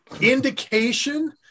indication